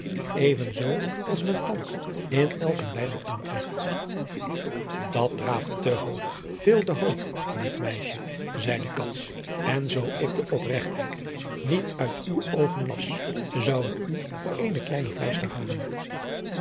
even zoo als men thans in elk een bijbel aantreft dat draaft te hoog veel te hoog lief meisje zeide cats en zoo ik de opregtheid niet uit uwe oogen las zou ik u voor eene kleine vleister houden